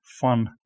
fun